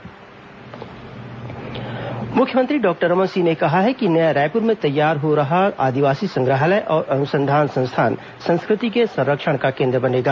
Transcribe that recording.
आदिवासी संग्रहालय मुख्यमंत्री मुख्यमंत्री डॉक्टर रमन सिंह ने कहा है कि नया रायपुर में तैयार हो रहा आदिवासी संग्रहालय और अनुसंधान संस्थान संस्कृति के संरक्षण का केंद्र बनेगा